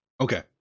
Okay